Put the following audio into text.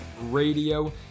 Radio